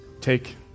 Take